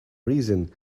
reason